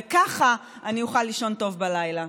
וכך אני אוכל לישון טוב בלילה.